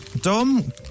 Dom